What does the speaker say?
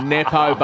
Nepo